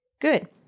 Good